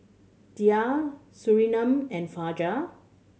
Dhia Surinam and Fajar